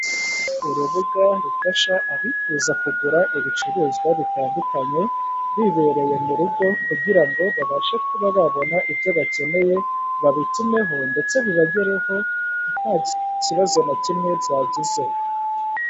Urubuga rufasha abifuza kugura ibicuruzwa bitandukanye bibereye mu rugo kugira ngo babashe kuba babona ibyo bakeneye babitumeho ndetse bibagereho nta kibazo na kimwe byagezeho.